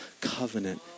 covenant